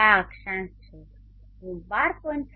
તો આ અક્ષાંશ છે હું 12